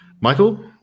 Michael